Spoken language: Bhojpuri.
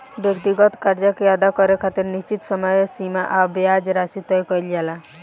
व्यक्तिगत कर्जा के अदा करे खातिर निश्चित समय सीमा आ ब्याज राशि तय कईल जाला